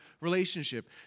relationship